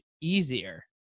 easier